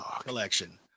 collection